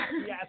Yes